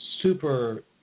super